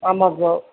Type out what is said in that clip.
ஆமாம் ப்ரோ